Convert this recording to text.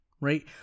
right